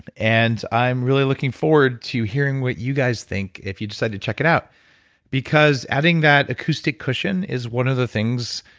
and i'm really looking forward to hearing what you guys think if you decide to check it out because adding that acoustic cushion is one of the things,